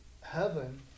heaven